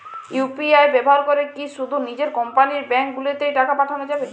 UPI ব্যবহার করে কি শুধু নিজের কোম্পানীর ব্যাংকগুলিতেই টাকা পাঠানো যাবে?